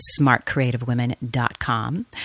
smartcreativewomen.com